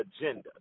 agenda